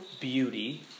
beauty